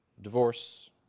divorce